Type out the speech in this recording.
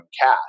cash